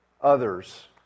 others